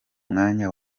mwanya